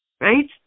Right